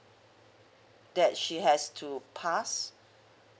that she has to pass